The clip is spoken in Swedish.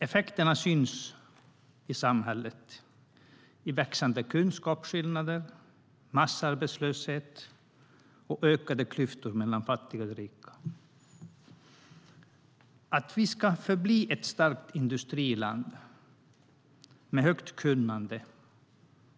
Effekterna syns i samhället i växande kunskapsskillnader, massarbetslöshet och ökade klyftor mellan fattiga och rika. Om Sverige ska kunna förbli ett starkt industriland med högt kunnande